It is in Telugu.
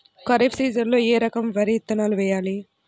ఖరీఫ్ సీజన్లో ఏ రకం వరి విత్తనాలు వేయాలి?